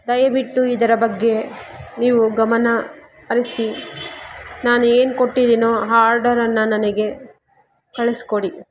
ದಯವಿಟ್ಟು ಇದರ ಬಗ್ಗೆ ನೀವು ಗಮನ ಹರಿಸಿ ನಾನು ಏನು ಕೊಟ್ಟಿದೀನೋ ಆ ಆರ್ಡರನ್ನು ನನಗೆ ಕಳಿಸ್ಕೊಡಿ